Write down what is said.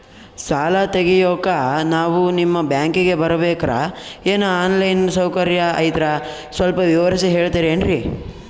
ಸಾಲ ತೆಗಿಯೋಕಾ ನಾವು ನಿಮ್ಮ ಬ್ಯಾಂಕಿಗೆ ಬರಬೇಕ್ರ ಏನು ಆನ್ ಲೈನ್ ಸೌಕರ್ಯ ಐತ್ರ ಸ್ವಲ್ಪ ವಿವರಿಸಿ ಹೇಳ್ತಿರೆನ್ರಿ?